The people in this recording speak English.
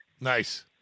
nice